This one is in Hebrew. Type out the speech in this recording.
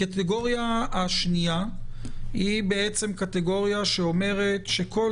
הקטגוריה השנייה היא בעצם קטגוריה שאומרת שכל